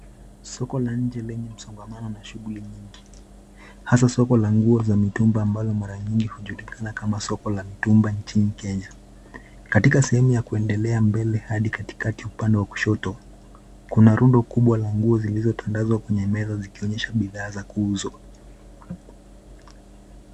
Soko la nje lenye msongamano na shughuli nyingi hasa soko la nguo za mitumba ambalo mara nyiingi ujulikana kama soko la mitumba nchini Kenya. Katika sehemu ya kuendelea mbele hadi katikati upande wa kushoto kuna rundo kubwa la nguo lililo tandazwa kwenye meza zikionyesha bidhaa za kuuzwa.